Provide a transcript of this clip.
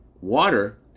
water